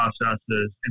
processes